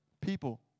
People